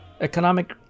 economic